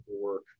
work